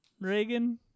Reagan